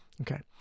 Okay